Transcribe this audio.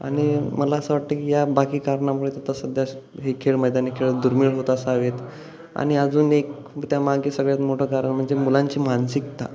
आणि मला असं वाटतं की या बाकी कारणामुळे तर सध्या हे खेळ मैदानी खेळ दुर्मिळ होत असावेत आणि अजून एक त्यामागे सगळ्यात मोठं कारण म्हणजे मुलांची मानसिकता